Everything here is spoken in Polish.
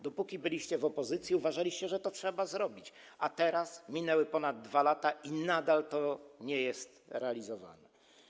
Dopóki byliście w opozycji, uważaliście, że to trzeba zrobić, a teraz minęły ponad 2 lata i nadal to nie jest realizowane.